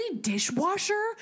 dishwasher